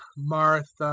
martha,